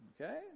Okay